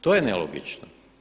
To je nelogično.